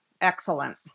excellent